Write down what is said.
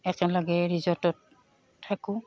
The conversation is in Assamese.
একেলগে ৰিজৰ্টত থাকোঁ